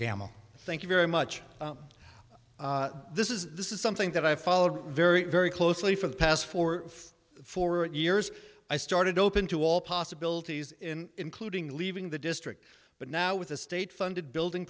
gammell thank you very much this is this is something that i followed very very closely for the past four four years i started open to all possibilities in including leaving the district but now with a state funded building